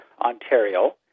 Ontario